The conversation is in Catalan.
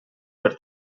per